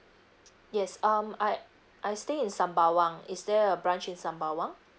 yes um I I stay in sembawang is there a branch in sembawang